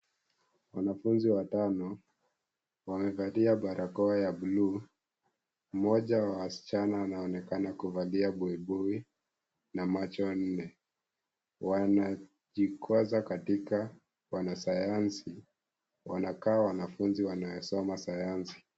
Wanafunzi watano, wamevalia barakoa ya bluu. Mmoja wa wasichana anaonekana kuvalia buibui na macho nne . Wanajikwaza katika wanasayansi. Wanakaa wanafunzi wanaosoma sayansi.